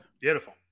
Beautiful